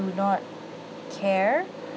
do not care